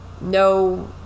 no